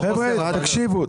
חבר'ה, תקשיבו,